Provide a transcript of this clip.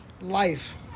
Life